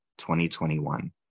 2021